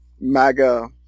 MAGA